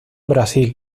brasil